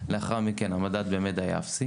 לאחר מכן המדד באמת היה אפסי